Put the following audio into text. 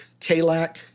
Kalak